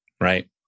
Right